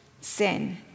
sin